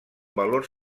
valors